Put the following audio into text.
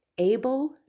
able